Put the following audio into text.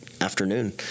afternoon